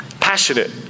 passionate